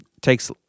takes